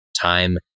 time